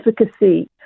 efficacy